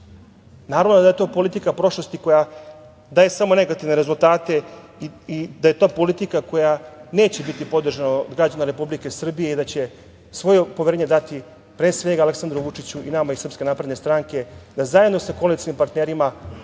vazduh. Naravno da je to politika prošlosti koja daje samo negativne rezultate i da je to politika koja neće biti podržana od građana Republike Srbije i da će svoje poverenje dati pre svega Aleksandru Vučiću i nama iz SNS da zajedno sa koalicionim partnerima